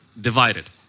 divided